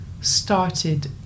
started